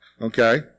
okay